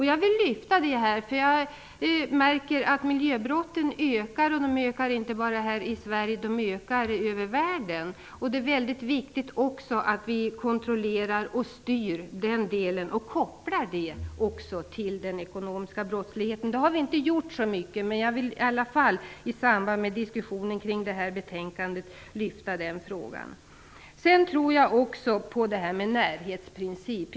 Jag vill peka på det här eftersom jag märker att miljöbrotten ökar, inte bara i Sverige utan världen över, och det är viktigt att vi kontrollerar sådan verksamhet och även kopplar samman den med den ekonomiska brottsligheten. Detta har inte gjorts i så stor utsträckning, men jag vill aktualisera denna fråga i diskussionen i anslutning till detta betänkande. Jag tror på närhetsprincipen.